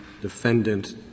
defendant